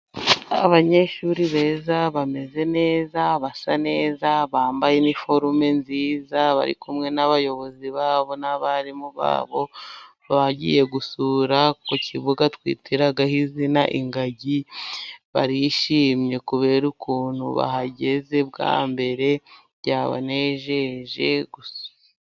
Abanyeshuri beza bameze neza, basa neza bambaye uniform nziza. Bari hamwe n'abayobozi babo n'abarimu babo. Bagiye gusura ku kibuga twitiraho izina ingagi. Barishimye kubera ukuntu bahagezeze bwa mbere byabanejeje gusa.